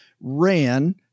ran